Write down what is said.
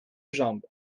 jambe